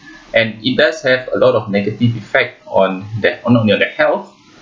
and it does have a lot of negative effect on that on on your health